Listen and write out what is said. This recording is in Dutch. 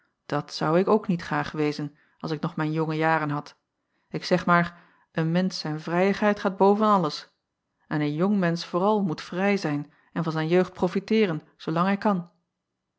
dat zou ik ook niet graag wezen als ik nog mijn jonge jaren had ik zeg maar een mensch zijn vrijigheid gaat boven alles en een jong mensch acob van ennep laasje evenster delen vooral moet vrij zijn en van zijn jeugd profiteeren zoolang hij kan